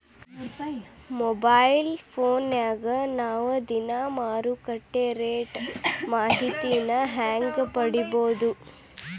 Mobile ಫೋನ್ಯಾಗ ನಾವ್ ದಿನಾ ಮಾರುಕಟ್ಟೆ ರೇಟ್ ಮಾಹಿತಿನ ಹೆಂಗ್ ಪಡಿಬೋದು?